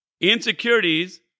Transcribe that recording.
Insecurities